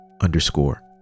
underscore